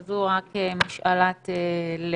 כרגע זו רק משאלת לב.